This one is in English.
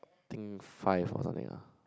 think five or something ah